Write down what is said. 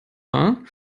wahr